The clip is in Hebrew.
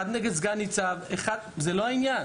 אחד נגד סגן ניצב זה לא העניין.